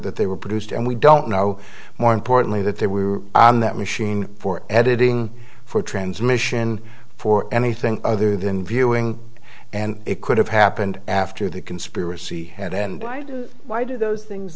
that they were produced and we don't know more importantly that they were on that machine for editing for transmission for anything other than viewing and it could have happened after the conspiracy had and why do why do those things